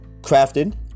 crafted